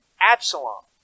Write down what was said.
Absalom